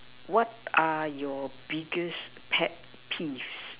what are your biggest pet peeve